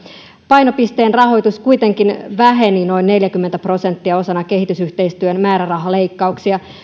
painopisteen rahoitus kuitenkin väheni noin neljäkymmentä prosenttia osana kehitysyhteistyön määrärahaleikkauksia